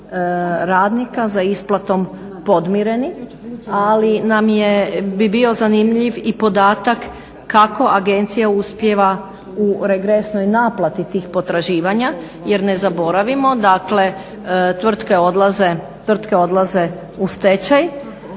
radnika za isplatom podmireni ali nam je bi bio zanimljiv i podatak kako agencija uspijeva u regresnoj naplati tih potraživanja jer ne zaboravimo, dakle tvrtke odlaze u stečaj,